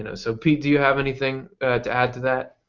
and so pete, do you have anything to add to that?